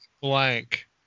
blank